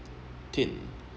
thin